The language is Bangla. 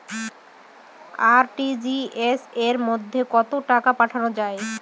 আর.টি.জি.এস এর মাধ্যমে কত টাকা পাঠানো যায়?